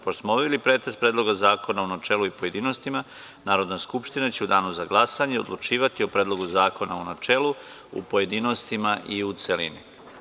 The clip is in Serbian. Pošto smo obavili pretres Predloga zakona u načelu i u pojedinostima, Narodna skupština će u Danu za glasanje odlučivati o Predlogu zakona u načelu, pojedinostima i u celini.